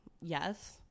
yes